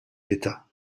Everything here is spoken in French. d’état